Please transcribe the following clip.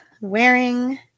wearing